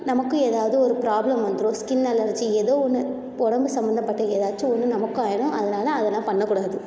நமக்கும் ஏதாவது ஒரு ப்ராப்ளம் வந்துடும் ஸ்கின் அலர்ஜி ஏதோ ஒன்று இப்போ உடம்பு சம்மந்தப்பட்ட ஏதாச்சும் ஒன்று நமக்கும் ஆயிடும் அதனால் அதெல்லாம் பண்ணக்கூடாது